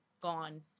gone